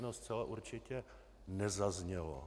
No, zcela určitě nezaznělo.